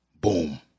boom